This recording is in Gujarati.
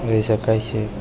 કરી શકાય છે